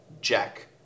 jack